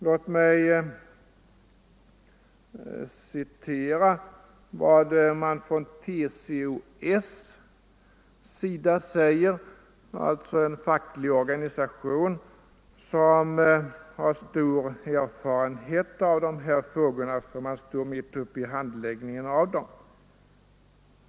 Låt mig referera vad man från TCO-Ss sida säger — det är alltså en facklig organisation som har stor erfarenhet av dessa frågor, då man står mitt uppe i handläggningen av dem.